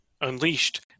unleashed